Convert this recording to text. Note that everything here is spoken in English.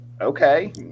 Okay